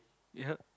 ya